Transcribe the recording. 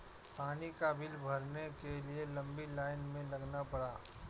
पानी का बिल भरने के लिए लंबी लाईन में लगना पड़ा